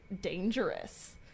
dangerous